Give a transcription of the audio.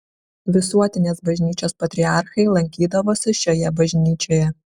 visuotinės bažnyčios patriarchai lankydavosi šioje bažnyčioje